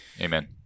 Amen